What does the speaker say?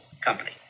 company